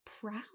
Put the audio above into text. proud